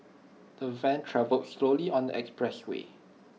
the van travelled slowly on the expressway